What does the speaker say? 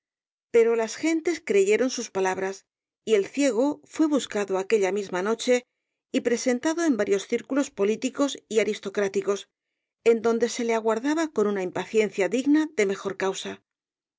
pero las gentes creyeron sus palabras y el ciego fué buscado aquella misma noche y presentado en varios círculos polítiel caballero d e las botas azules eos y aristocráticos en donde se le aguardaba con una impaciencia digna de mejor causa